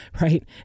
right